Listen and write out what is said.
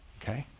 okay.